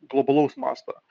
globalaus masto